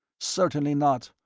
certainly not.